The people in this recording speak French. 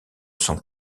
son